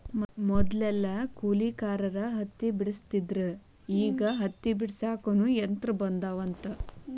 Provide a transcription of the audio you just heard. ಮದಲೆಲ್ಲಾ ಕೂಲಿಕಾರರ ಹತ್ತಿ ಬೆಡಸ್ತಿದ್ರ ಈಗ ಹತ್ತಿ ಬಿಡಸಾಕುನು ಯಂತ್ರ ಬಂದಾವಂತ